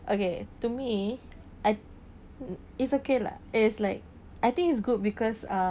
okay to me I it's okay lah it's like I think it's good because uh